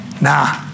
Nah